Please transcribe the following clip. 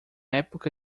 época